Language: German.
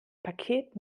paket